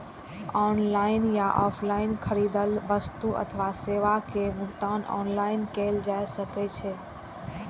online या offline खरीदल वस्तु अथवा सेवा के भुगतान ऑनलाइन कैल जा सकैछ